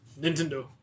Nintendo